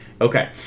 Okay